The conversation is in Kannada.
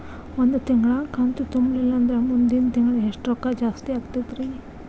ಒಂದು ತಿಂಗಳಾ ಕಂತು ತುಂಬಲಿಲ್ಲಂದ್ರ ಮುಂದಿನ ತಿಂಗಳಾ ಎಷ್ಟ ರೊಕ್ಕ ಜಾಸ್ತಿ ಆಗತೈತ್ರಿ?